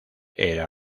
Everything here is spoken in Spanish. era